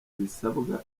bisabwa